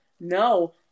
No